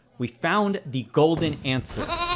we found the golden answer